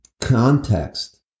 context